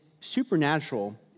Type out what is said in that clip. supernatural